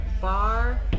bar